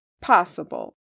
possible